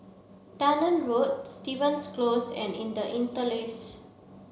Dunearn Road Stevens Close and inter Interlace